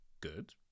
good